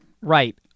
Right